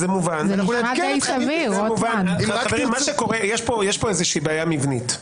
חברים, יש פה בעיה מבנית.